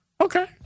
Okay